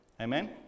Amen